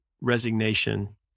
resignation